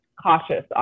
cautious